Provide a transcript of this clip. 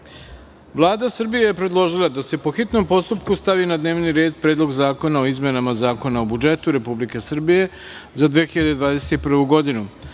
Srbije je predložila da se, po hitnom postupku, stavi na dnevni red Predlog zakona o izmenama Zakona o budžetu Republike Srbije za 2021. godinu,